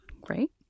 Great